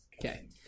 Okay